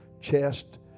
chest